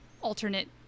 alternate